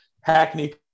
Hackney